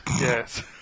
yes